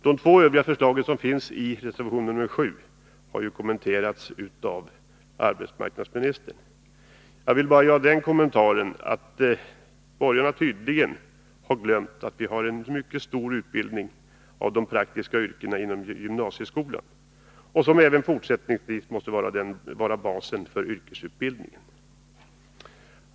De båda andra förslagen i reservationen har redan kommenterats av arbetsmarknadsministern. Jag skall därför bara göra den kommentaren att borgarna tydligen har glömt den mycket omfattande utbildning som finns när det gäller de praktiska yrkena inom gymnasieskolan och som även fortsättningsvis måste utgöra basen för yrkesutbildningen.